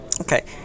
Okay